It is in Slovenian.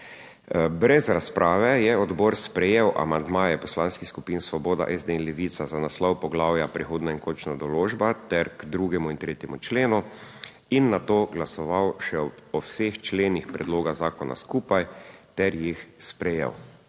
Brez razprave je odbor sprejel amandmaje poslanskih skupin Svoboda, SD in Levica za naslov poglavja Prehodna in končna določba ter k 2. in 3. členu in nato glasoval še o vseh členih predloga zakona skupaj ter jih sprejel.